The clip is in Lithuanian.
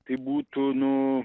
tai būtų nu